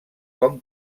com